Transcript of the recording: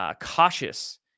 Cautious